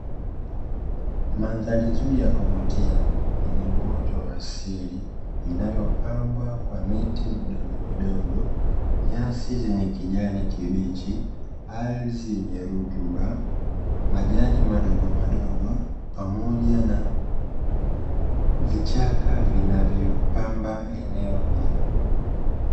Mandhari nzuri ya kuvutia yenye uoto wa asili inayopambwa kwa miti midogomidogo, nyasi zenye kijani kibichi, ardhi yenye rutuba, majani madogomadogo pamoja na vichaka vinavyopamba eneo hilo.